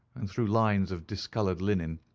and through lines of discoloured linen,